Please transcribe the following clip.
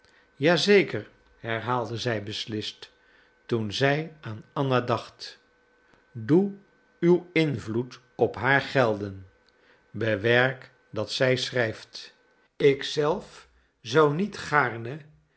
zeker herhaalde zij beslist toen zij aan anna dacht doe uw invloed op haar gelden bewerk dat zij schrijft ik zelf zou niet gaarne